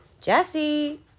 Jesse